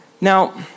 Now